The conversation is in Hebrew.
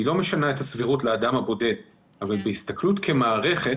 היא לא משנה את הסבירות לאדם הבודד אבל בהסתכלות כמערכת